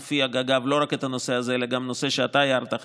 אגב לא רק בנושא הזה אלא גם בנושא שאתה הארת,